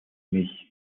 mich